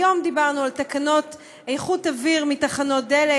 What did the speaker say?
היום דיברנו על תקנות זיהום אוויר בתחנות דלק,